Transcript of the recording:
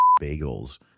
bagels